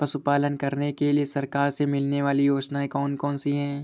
पशु पालन करने के लिए सरकार से मिलने वाली योजनाएँ कौन कौन सी हैं?